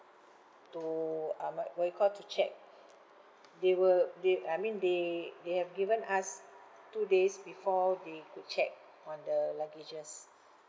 to uh mat~ what you call to check they were they I mean they they have given us two days before they could check on the luggages